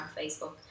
Facebook